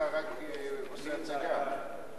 אתה רק עושה הצגה.